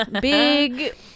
big